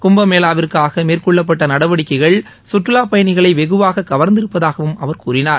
கும்பமேளாவிற்காக நடவடிக்கைகள் சுற்றுலாப்பயணிகளை வெகுவாக கவர்ந்திருப்பதாகவும் அவர் கூறினார்